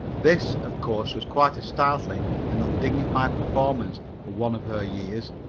this, of course, was quite a startling and undignified performance for one of her years,